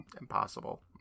Impossible